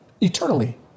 eternally